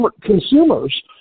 consumers